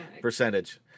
percentage